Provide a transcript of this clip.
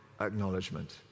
acknowledgement